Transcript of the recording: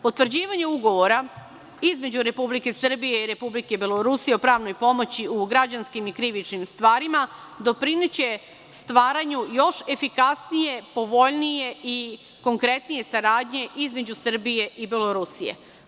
Potvrđivanjem ugovora između Republike Srbije i Republike Belorusije o pravnoj pomoći u građanskim i krivičnim stvarima doprineće stvaranju još efikasnije, povoljnije i konkretnije saradnje između Srbije i Belorusije.